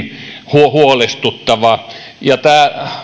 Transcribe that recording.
huolestuttava ja tämä